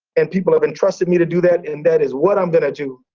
and people have entrusted me to do that and that is what i'm gonna do.